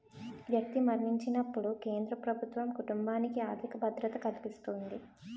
వ్యక్తి మరణించినప్పుడు కేంద్ర ప్రభుత్వం కుటుంబానికి ఆర్థిక భద్రత కల్పిస్తుంది